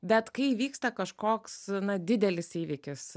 bet kai įvyksta kažkoks na didelis įvykis